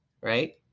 right